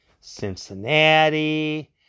Cincinnati